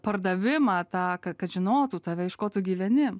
pardavimą tą kad žinotų tave iš ko tu gyveni